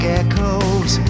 echoes